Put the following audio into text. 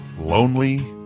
lonely